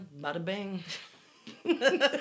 bada-bing